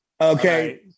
Okay